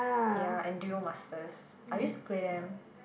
ya and Duel-Masters I used to play them